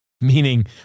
meaning